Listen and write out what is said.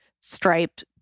striped